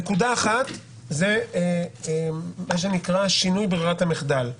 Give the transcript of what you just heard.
נקודה אחת זה שינוי ברירת המחדל.